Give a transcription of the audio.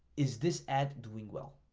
is this ad doing well?